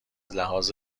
لحاظ